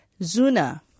Zuna